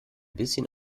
bisschen